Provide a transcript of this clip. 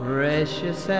Precious